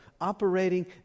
operating